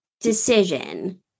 decision